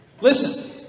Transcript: Listen